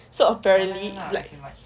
so apparently like